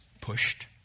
Pushed